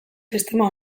sistema